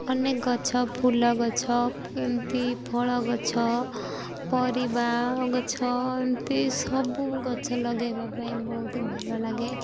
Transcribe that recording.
ଅନେକ ଗଛ ଫୁଲ ଗଛ ଏମିତି ଫଳ ଗଛ ପରିବା ଗଛ ଏମିତି ସବୁ ଗଛ ଲଗେଇବା ପାଇଁ ବହୁତ ଭଲ ଲାଗେ